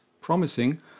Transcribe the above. promising